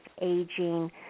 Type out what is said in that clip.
aging